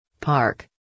Park